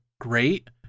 great